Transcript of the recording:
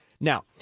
Now